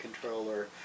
controller